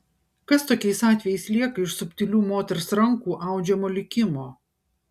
kas tokiais atvejais lieka iš subtilių moters rankų audžiamo likimo